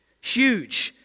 huge